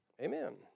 Amen